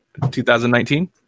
2019